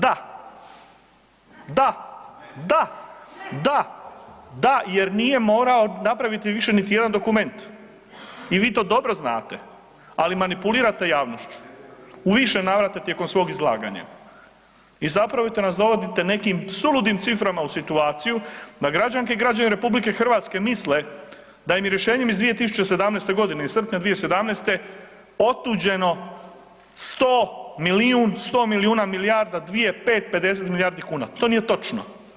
Da, da, [[Upadica iz klupe: Ne]] da, [[Upadica iz klupe: Ne]] da, da jer nije morao napraviti više niti jedan dokument i vi to dobro znate, ali manipulirate javnošću u više navrata tijekom svog izlaganja i zapravito nas dovodite nekim suludim ciframa u situaciju da građanke i građani RH misle da im je rješenjem iz 2017.g., iz srpnja 2017. otuđeno 100, milijun, 100 milijuna, milijarda, dvije, pet, 50 milijardi kuna, to nije točno.